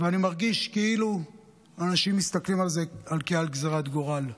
ואני מרגיש כאילו אנשים מסתכלים על זה כעל גזרת גורל.